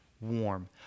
warm